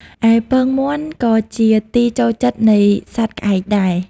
ឯពងមាន់ក៏ជាទីចូលចិត្តនៃសត្វក្អែកដែរ ។